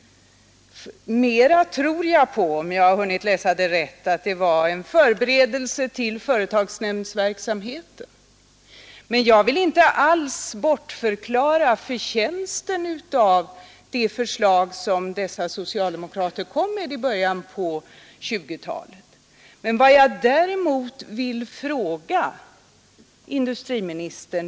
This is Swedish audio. Jag tror mera på — så långt jag nu hunnit läsa protokollen — att det var en förberedelse till företags Jag vill emellertid inte alls frånkänna det förslag som socialdemokraterna framlade i början av 1920-talet dess förtjänster.